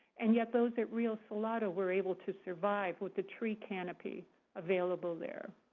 and yet those at rio salado were able to survive with the tree canopy available there.